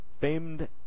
famed